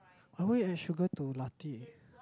!huh! why you add sugar to Latte